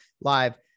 Live